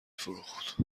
فروخت